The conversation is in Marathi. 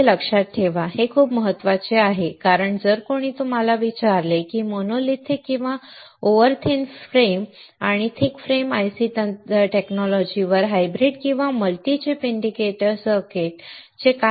हे मुद्दे लक्षात ठेवा हे खूप महत्त्वाचे आहे कारण जर कोणी तुम्हाला विचारले की मोनोलिथिक किंवा ओव्हर थिन फ्रेम आणि थिक फ्रेम IC तंत्रज्ञानावर हायब्रीड किंवा मल्टी चिप इंडिकेटर सर्किट्स